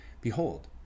Behold